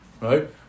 right